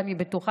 ואני גם בטוחה,